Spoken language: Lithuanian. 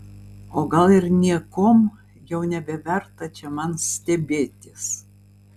o gal ir niekuom jau nebeverta čia man stebėtis